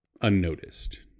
unnoticed